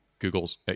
Google's